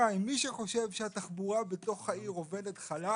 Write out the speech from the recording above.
שנית: מי שחושב שהתחבורה בתוך העיר עובדת חלק